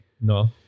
no